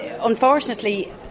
Unfortunately